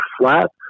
flat